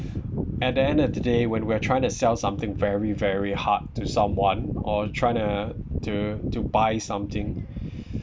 at the end of the day when we're trying to sell something very very hard to someone or try to to to buy something